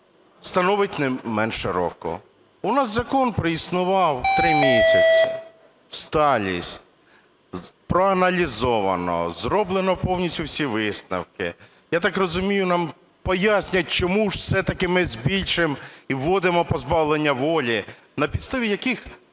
становить не менше року. У нас закон проіснував 3 місяці. Сталість – проаналозовано, зроблено повністю всі висновки. Я так розумію, нам пояснять, чому ж все-таки ми збільшуємо і вводимо позбавлення волі, на підставі яких